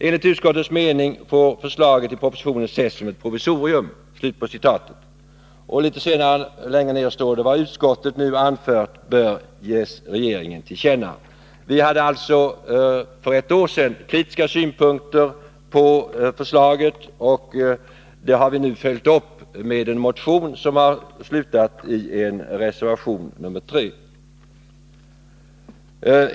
Enligt utskottets mening får förslaget i propositionen ses som ett provisorium.” Litet längre ner står det: ”Vad utskottet nu anfört bör ges regeringen till känna.” Vi hade alltså för ett år sedan kritiska synpunkter på förslaget, och dem har vi nu följt upp med en motion som har resulterat i reservation nr 3.